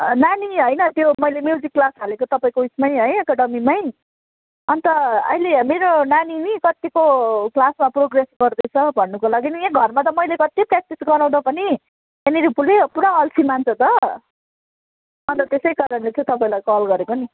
नानी होइन त्यो मैले म्युजिक क्लास हालेको तपाईँको उसमै है एकाडेमीमै अन्त अहिले मेरो नानी नि कत्तिको क्लासमा प्रोग्रेस गर्दैछ भन्नको लागि कि घरमा त मैले कत्ति प्र्याक्टिस गराउँदा पनि त्यहाँनिर उसले पुरा अल्छी मान्छ त अन्त त्यसै कारणले चाहिँ तपाईँलाई कल गरेको नि